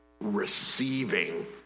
receiving